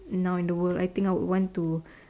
now in the world I think I would want to